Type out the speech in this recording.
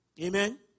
Amen